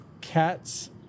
Cats